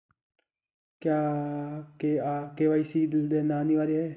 क्या के.वाई.सी देना अनिवार्य है?